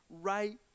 right